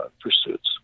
pursuits